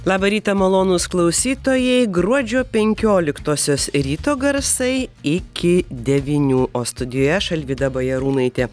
labą rytą malonūs klausytojai gruodžio penkioliktosios ryto garsai iki devynių o studijoje aš alvyda bajarūnaitė